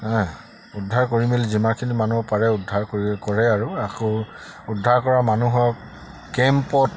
উদ্ধাৰ কৰি মেলি যিমানখিনি মানুহক পাৰে উদ্ধাৰ কৰি কৰে আৰু আকৌ উদ্ধাৰ কৰা মানুহক কেম্পত